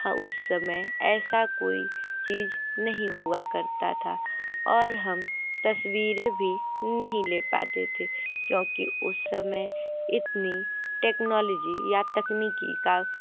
हाँ उसे समय ऐसा कोई चीज नहीं हुआ करता था और हम तस्वीरें भी नहीं ले पाते थे क्योंकि उस समय इतनी टेक्नोलॉजी या तकनीकी का